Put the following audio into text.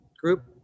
group